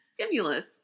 Stimulus